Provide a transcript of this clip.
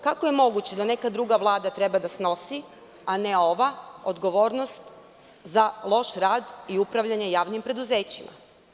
Kako je moguće da neka druga vlada treba da snosi, a ne ova, odgovornost za loš rad i upravljanje javnim preduzećima?